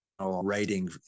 writing